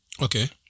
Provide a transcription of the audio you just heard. Okay